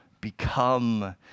become